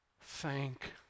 Thank